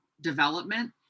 development